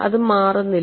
അത് മാറുന്നില്ല